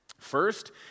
First